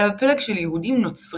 אלא בפלג של יהודים-נוצרים,